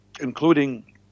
including